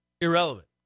irrelevant